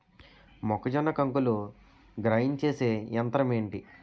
మొక్కజొన్న కంకులు గ్రైండ్ చేసే యంత్రం ఏంటి?